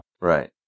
Right